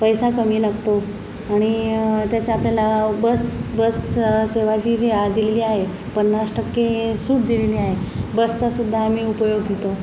पैसा कमी लागतो आणि त्याच्या आपल्याला बस बसचं सेवा जी जी आ दिलेली आहे पन्नास टक्के सूट दिलेली आहे बसचासुद्धा आम्ही उपयोग घेतो